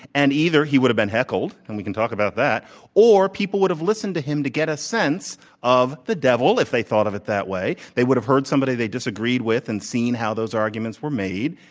and either he would have been heckled and we can talk about that or people would have listened to him to get a sense of the devil if they thought of it that way. they would have heard somebody they disagreed with and seen how those arguments were made,